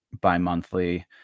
bi-monthly